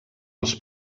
els